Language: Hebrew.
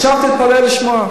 עכשיו תתפלא לשמוע,